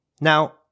Now